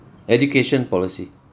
education policy